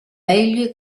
egli